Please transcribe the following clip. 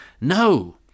No